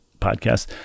podcast